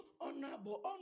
Honorable